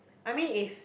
I mean if